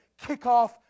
kickoff